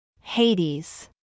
Hades